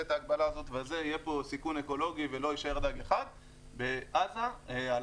את ההגבלה הזאת יהיה פה סיכון אקולוגי ולא יישאר דג אחד בעזה על